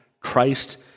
Christ